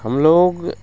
हम लोग